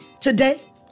Today